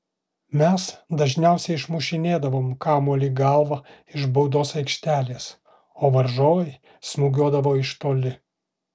mes dažniausiai išmušinėdavome kamuolį galva iš baudos aikštelės o varžovai smūgiuodavo iš toli